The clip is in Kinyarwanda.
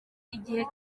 igihe